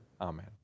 amen